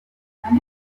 namwe